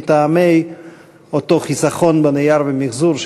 מטעמי אותו חיסכון בנייר ומיחזור,